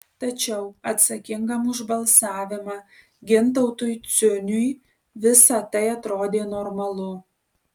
tačiau atsakingam už balsavimą gintautui ciuniui visa tai atrodė normalu